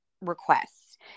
requests